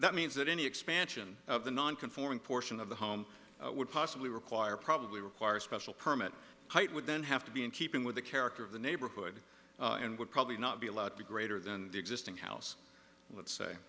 that means that any expansion of the non conforming portion of the home would possibly require probably require a special permit height would then have to be in keeping with the character of the neighborhood and would probably not be allowed to greater than the existing house let's say